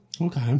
Okay